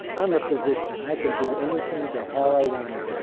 i'm a physician. i can do anything the hell i want to